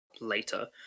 later